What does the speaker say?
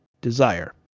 desire